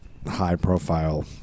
high-profile